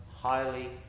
highly